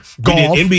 golf